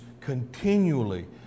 continually